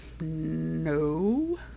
no